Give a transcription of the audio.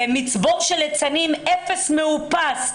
מצבור של ליצנים, אפס מאופס.